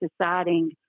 deciding